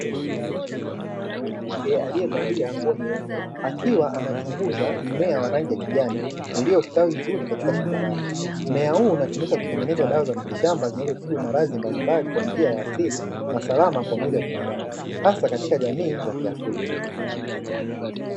Mwanamke aliyevalia nguo nyeupe akiwa anachunguza mmea wa rangi ya kijani iliyostawi vizuri katika shamba lake, mmea huu unatumika kutengeneza dawa za miti shamba zinazotumika kutibu maradhi mbalimbali kwa njia ya asili na salama kwa mwili wa binadamu, hasa katika jamii za kiafrika.